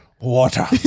water